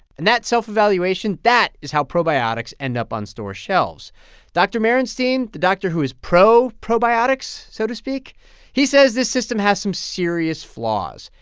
and that self-evaluation that is how probiotics end up on store shelves dr. merenstein, the doctor who is pro-probiotics, so to speak he says this system has some serious flaws.